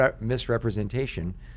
misrepresentation